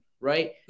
right